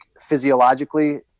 physiologically